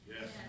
yes